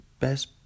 Best